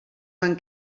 van